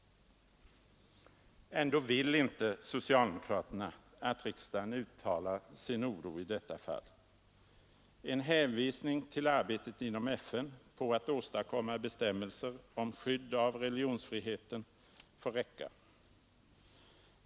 Ändå vill inte socialdemokraterna att riksdagen uttalar sin oro i detta fall. En hänvisning till arbetet inom FN på att åstadkomma bestämmelser om skydd av religionsfriheten får räcka.